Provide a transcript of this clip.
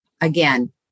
again